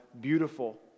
beautiful